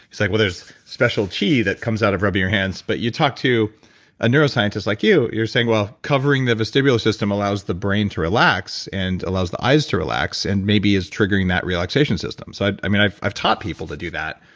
he's like, well, there's special chi that comes out of rubbing your hands, but you talk to a neuroscientist like you, you're saying well, covering the vestibular system allows the brain to relax, and allows the eyes to relax. and maybe is triggering that relaxation system. so, i mean i've i've taught people to do that,